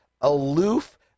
aloof